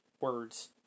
words